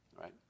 right